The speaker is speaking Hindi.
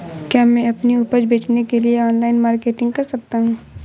क्या मैं अपनी उपज बेचने के लिए ऑनलाइन मार्केटिंग कर सकता हूँ?